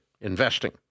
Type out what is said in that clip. Investing